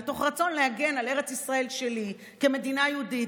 מתוך רצון להגן על ארץ ישראל שלי כמדינה יהודית,